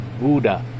Buddha